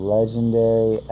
Legendary